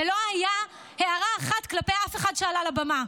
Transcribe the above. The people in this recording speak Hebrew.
ולא הייתה הערה אחת כלפי אף אחד שעלה לבמה,